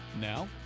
Now